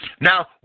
Now